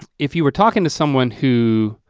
if you were talking to someone who